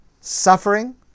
suffering